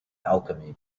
alchemy